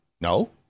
No